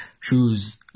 shoes